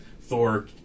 Thor